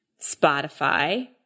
Spotify